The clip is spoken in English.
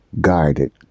guided